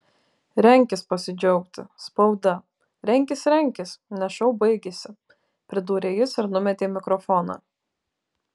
renkis pasidžiaugti spauda renkis renkis nes šou baigėsi pridūrė jis ir numetė mikrofoną